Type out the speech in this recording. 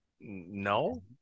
no